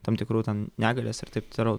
tam tikrų ten negalės ir taip toliau